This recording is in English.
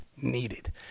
needed